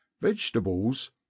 vegetables